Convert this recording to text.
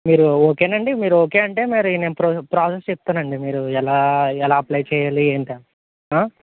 మీరు ఓకే అండి మీరు ఓకే అంటే మరి నేను ప్రో ప్రాసెస్ చెప్తాను అండి మీరు ఎలా ఎలా అప్లై చేయాలి ఏంటి అని